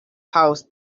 house